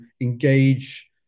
engage